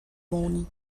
morning